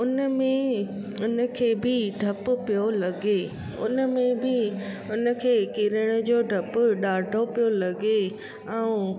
उन में उन खे बि ॾपु पियो लॻे उन में बि उन खे किरण जो ॾपु ॾाढो पियो लॻे ऐं